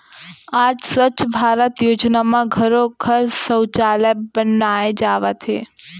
आज स्वच्छ भारत योजना म घरो घर सउचालय बनाए जावत हे